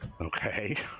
Okay